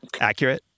accurate